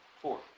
Four